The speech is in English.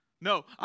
No